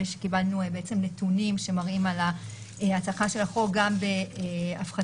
ושקיבלנו נתונים שמראים על ההצלחה של החוק בהפחתת